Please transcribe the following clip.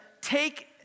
take